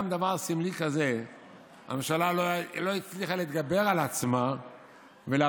גם בדבר סמלי כזה הממשלה לא הצליחה להתגבר על עצמה ולאפשר,